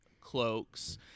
cloaks